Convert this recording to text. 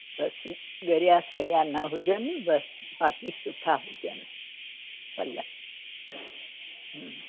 बसि ॻरिया सड़िया न हुजनि बसि बाक़ी सुठा हुजनि फल हम्म